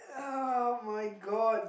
[oh]-my-god